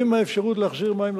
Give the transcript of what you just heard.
עם האפשרות להחזיר מים,